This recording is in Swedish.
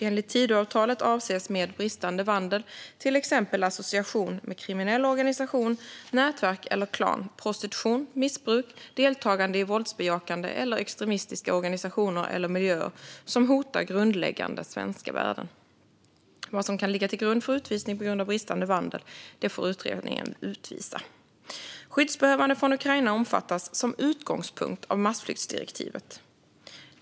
Enligt Tidöavtalet avses med bristande vandel till exempel association med kriminell organisation, nätverk eller klan, prostitution, missbruk och deltagande i våldsbejakande eller extremistiska organisationer eller miljöer som hotar grundläggande svenska värden. Vad som kan ligga till grund för utvisning på grund av bristande vandel får utredningen utvisa. Skyddsbehövande från Ukraina omfattas som utgångspunkt av massflyktsdirektivet.